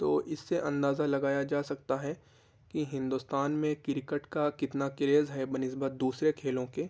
تو اس سے اندازہ لگایا جا سکتا ہے کہ ہندوستان میں کرکٹ کا کتنا کریز ہے بہ نسبت دوسرے کھیلوں کے